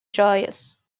joyous